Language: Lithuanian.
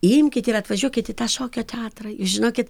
imkit ir atvažiuokit į tą šokio teatrą jūs žinokit